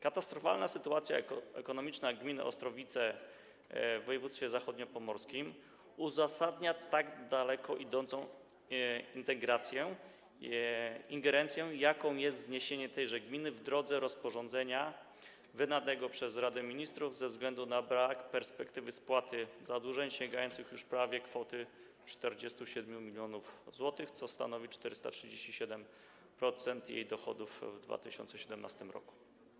Katastrofalna sytuacja ekonomiczna gminy Ostrowice w województwie zachodniopomorskim uzasadnia tak daleko idącą ingerencję, jaką jest zniesienie tejże gminy w drodze rozporządzenia wydanego przez Radę Ministrów ze względu na brak perspektywy spłaty zadłużeń sięgających już prawie kwoty 47 mln zł, co stanowi 437% jej dochodów w 2017 r.